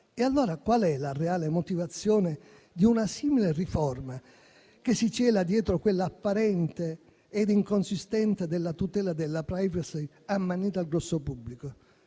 Allora, qual è la reale motivazione di una simile riforma che si cela dietro quella apparente ed inconsistente della tutela della *privacy* ammannita al grosso pubblico?